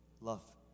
Love